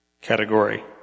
category